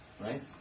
Right